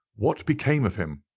what became of him?